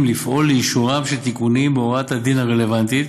לפעול לאישורם של תיקונים בהוראת הדין הרלוונטית